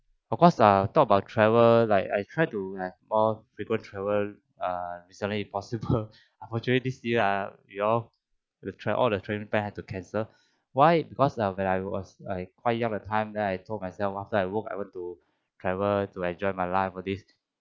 of course err talk about travel like I try to like more frequent travel err recently if possible unfortunately this year ah we all the train all the train have to cancel why because uh when I was like quite young the time then I told myself after I work I want to travel to enjoy my life for this